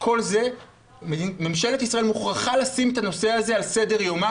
כל זה ממשלת ישראל מוכרחה לשים את הנושא הזה על סדר יומה.